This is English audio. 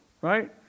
right